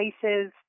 places